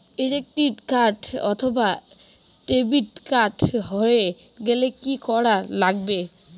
Credit card অথবা debit card হারে গেলে কি করা লাগবে?